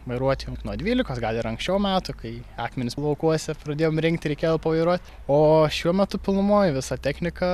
vairuot jau nuo dvylikos gal ir anksčiau metų kai akmenis laukuose pradėjom rinkti reikėjo pavairuot o šiuo metu pilnumoj visa technika